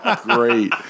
Great